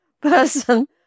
person